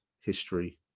History